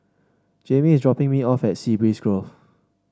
Jamie is dropping me off at Sea Breeze Grove